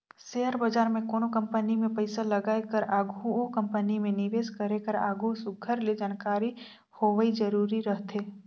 share बजार में कोनो कंपनी में पइसा लगाए कर आघु ओ कंपनी में निवेस करे कर आघु सुग्घर ले जानकारी होवई जरूरी रहथे